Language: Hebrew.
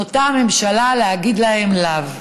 נוטה הממשלה להגיד להם לאו.